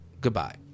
Goodbye